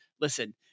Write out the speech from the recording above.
Listen